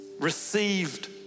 received